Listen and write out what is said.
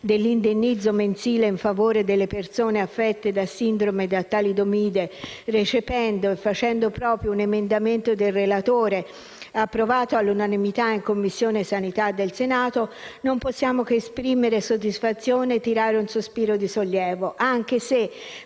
dell'indennizzo mensile in favore delle persone affette da sindrome da talidomide, recependo e facendo proprio un emendamento del relatore approvato all'unanimità in Commissione sanità del Senato, non possiamo che esprimere soddisfazione e tirare un sospiro di sollievo anche se,